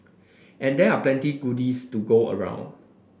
and there are plenty goodies to go around